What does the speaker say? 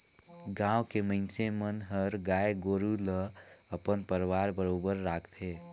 गाँव के मइनसे मन हर गाय गोरु ल अपन परवार बरोबर राखथे